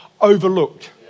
overlooked